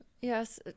Yes